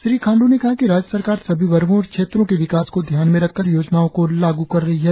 श्री खाण्डू ने कहा कि राज्य सरकार सभी वर्गों और क्षेत्रों के विकास को ध्यान में रखकर योजनाओं को लागू कर रही है